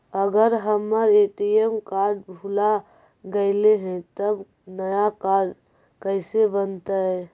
अगर हमर ATM card भुला गैलै हे तब नया काड कइसे बनतै?